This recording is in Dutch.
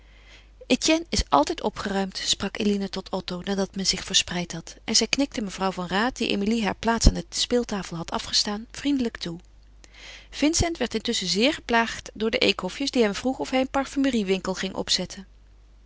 etienne is altijd opgeruimd sprak eline tot otto nadat men zich verspreid had en zij knikte mevrouw van raat die emilie haar plaats aan de speeltafel had afgestaan vriendelijk toe vincent werd intusschen zeer geplaagd door de eekhofjes die hem vroegen of hij een parfumeriewinkel ging opzetten